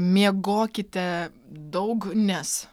miegokite daug nes